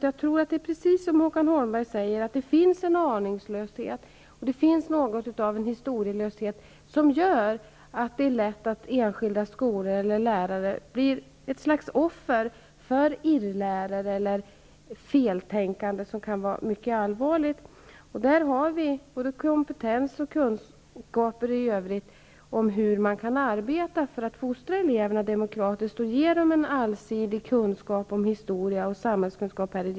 Jag tror att det är precis såsom Håkan Holmberg sä ger, att det finns en aningslöshet, ett slags historie löshet som gör att det är lätt att enskilda skolor el ler lärare blir offer för irrläror eller feltänkande som kan vara mycket allvarligt. Vi har här i riks dagen både kompetens och kunskaper i övrigt om hur man kan arbeta för att fostra elever demokra tiskt och ge dem en allsidig kunskap om historia och samhällskunskap.